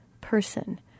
person